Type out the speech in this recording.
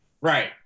Right